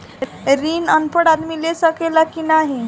ऋण अनपढ़ आदमी ले सके ला की नाहीं?